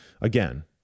again